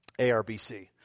ARBC